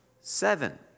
seven